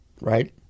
Right